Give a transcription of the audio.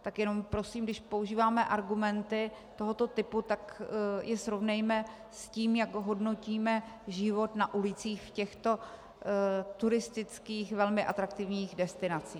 Tak jenom prosím, když používáme argumenty tohoto typu, tak je srovnejme s tím, jak hodnotíme život na ulicích těchto turistických, velmi atraktivních destinací.